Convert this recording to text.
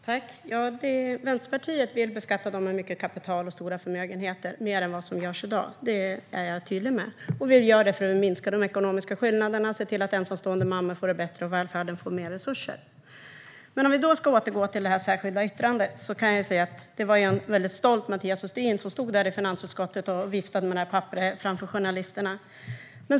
Herr talman! Vänsterpartiet vill beskatta dem med mycket kapital och stora förmögenheter mer än vad som görs i dag. Det är jag tydlig med, och det gör vi för att minska de ekonomiska skillnaderna och se till att ensamstående mammor får det bättre liksom att välfärden får mer resurser. Om vi ska återgå till det särskilda yttrandet kan jag säga att det var en väldigt stolt Mathias Sundin som stod i finansutskottet och viftade med det där papperet framför journalisterna.